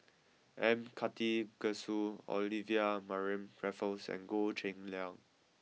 M Karthigesu Olivia Mariamne Raffles and Goh Cheng Liang